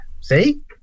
see